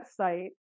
website